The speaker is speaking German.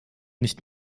nicht